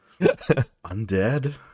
Undead